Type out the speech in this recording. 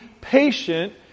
patient